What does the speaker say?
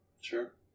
Sure